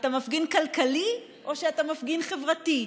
אתה מפגין כלכלי או שאתה מפגין חברתי?